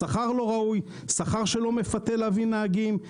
שכר לא ראוי, שכר שלא מפתה להביא נהגים.